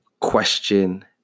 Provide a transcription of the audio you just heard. question